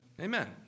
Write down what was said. Amen